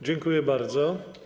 Dziękuję bardzo.